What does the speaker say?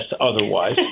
otherwise